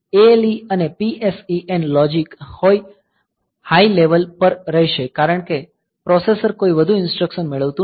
ALE અને PSEN logic high level પર રહેશે કારણ કે પ્રોસેસર કોઈ વધુ ઇન્સ્ટ્રક્સન મેળવતું નથી